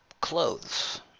clothes